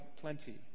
plenty